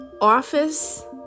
Office